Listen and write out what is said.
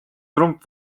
trump